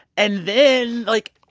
and then, like,